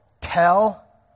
tell